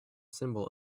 symbol